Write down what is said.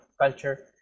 culture